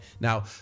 Now